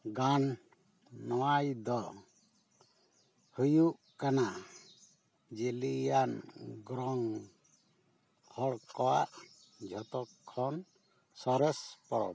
ᱜᱟᱝ ᱱᱚᱣᱟᱭ ᱫᱚ ᱦᱩᱭᱩᱜ ᱠᱟᱱᱟ ᱡᱮᱞᱤᱭᱟᱱ ᱜᱨᱚᱝ ᱦᱚᱲ ᱠᱚᱣᱟᱜ ᱡᱷᱚᱛᱚᱠᱷᱚᱱ ᱥᱚᱨᱮᱥ ᱯᱚᱨᱚᱵᱽ